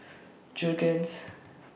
Jergens